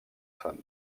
femme